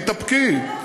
תתאפקי.